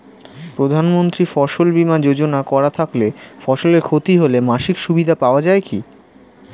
প্রধানমন্ত্রী ফসল বীমা যোজনা করা থাকলে ফসলের ক্ষতি হলে মাসিক সুবিধা পাওয়া য়ায় কি?